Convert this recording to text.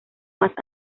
más